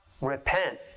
repent